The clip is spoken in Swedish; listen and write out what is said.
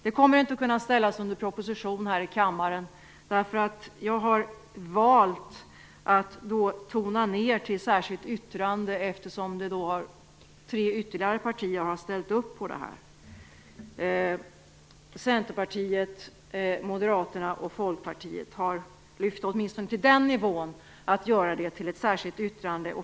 Det kommer inte att kunna ställas under proposition här i kammaren, därför att jag har valt att tona ned det till ett särskilt yttrande, eftersom tre ytterligare partier har ställt upp på det. Centerpartiet, Moderaterna och Folkpartiet har lyft kravet till särskilt-yttrande-nivån.